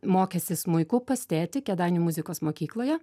mokėsi smuiku pas tėtį kėdainių muzikos mokykloje